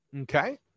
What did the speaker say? Okay